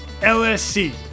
LSC